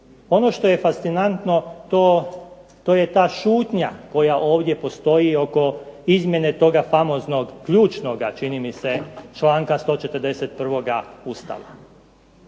Ono što je fascinantno to je ta šutnja koja ovdje postoji oko izmjene toga famoznog ključnoga čini mi se članka 141. Ustava.